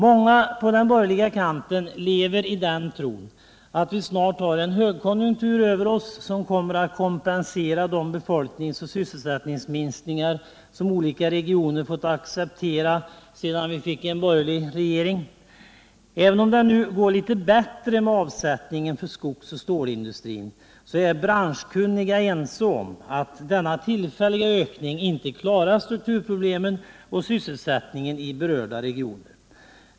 Många på den borgerliga kanten lever i den tron att vi snart har en högkonjunktur över oss, som kommer att kompensera de befolkningsoch sysselsättningsminskningar som olika regioner fått acceptera sedan vi fick en borgerlig regering. Även om det nu går litet bättre med avsättningen för skogsoch stålindustrin, så är branschkunniga ense om att denna tillfälliga ökning inte löser strukturproblemen och klarar sysselsättningen i berörda regioner.